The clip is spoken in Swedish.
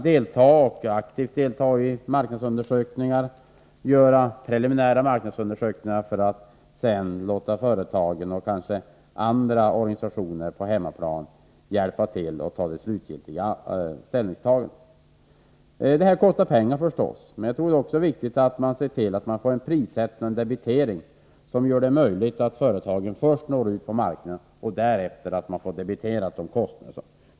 Dessa kan aktivt delta i marknadsundersökningar och göra preliminära sådana för att sedan låta företagen och kanske olika organisationer på hemmaplan hjälpa till inför det slutgiltiga ställningstagandet. Det här kostar pengar förstås. Men jag tror att det är viktigt att vi får en prissättning och en debitering som gör det möjligt för företagen att först nå ut på marknaderna och att kostnaderna därefter debiteras.